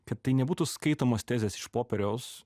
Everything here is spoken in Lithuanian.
kad tai nebūtų skaitomos tezės iš popieriaus